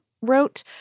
wrote